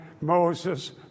Moses